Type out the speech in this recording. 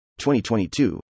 2022